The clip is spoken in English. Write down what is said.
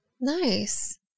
Nice